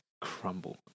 crumble